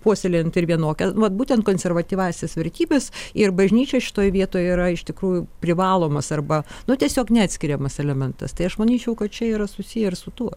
puoselėjant ir vienokią vat būtent konservatyvąsias vertybes ir bažnyčia šitoj vietoj yra iš tikrųjų privalomas arba nu tiesiog neatskiriamas elementas tai aš manyčiau kad čia yra susiję ir su tuo